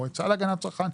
המועצה להגנת הצרכן,